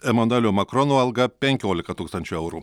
emanuelio makrono alga penkiolika tūkstančių eurų